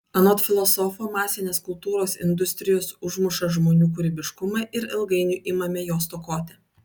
anot filosofo masinės kultūros industrijos užmuša žmonių kūrybiškumą ir ilgainiui imame jo stokoti